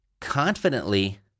confidently